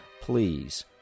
Please